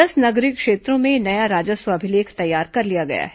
दस नगरीय क्षेत्रों में नया राजस्व अभिलेख तैयार कर लिया गया है